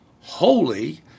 holy